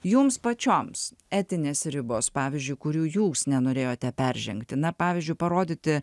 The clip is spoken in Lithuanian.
jums pačioms etinės ribos pavyzdžiui kurių jūs nenorėjote peržengti na pavyzdžiui parodyti